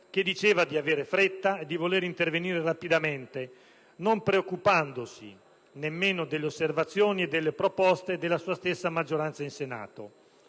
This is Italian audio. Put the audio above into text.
che diceva di aver fretta e di voler intervenire rapidamente, non preoccupandosi nemmeno delle osservazioni e delle proposte della sua stessa maggioranza in Senato.